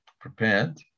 prepared